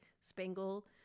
Spangle